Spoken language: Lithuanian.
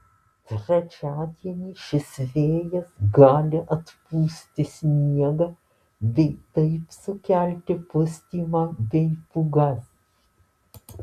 trečiadienį šis vėjas gali atpūsti sniegą bei taip sukelti pustymą bei pūgas